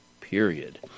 period